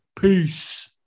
Peace